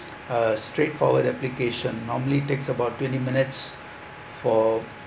a straightforward application normally takes about twenty minutes for